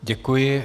Děkuji.